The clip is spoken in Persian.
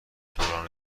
دوران